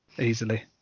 easily